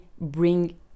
bring